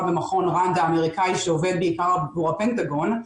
במכון ראנד האמריקאי שעובד בעיקר עבור הפנטגון.